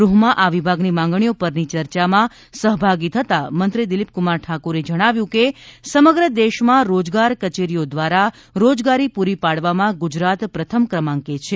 ગૃહમાં આ વિભાગની માંગણીઓ પરની ચર્ચામાં સહભાગી થતાં મંત્રી દિલીપકુમાર ઠાકોરે જણાવ્યું હતું કે સમગ્ર દેશમાં રોજગાર કચેરીઓ દ્વારા રોજગારી પૂરી પાડવામાં ગુજરાત પ્રથમ ક્રમાંકે છે